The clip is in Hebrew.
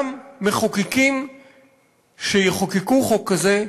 גם מחוקקים שיחוקקו חוק כזה,